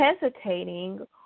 hesitating